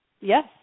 Yes